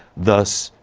thus,